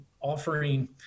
offering